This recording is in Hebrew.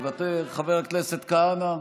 מוותר, חבר הכנסת כהנא,